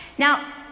Now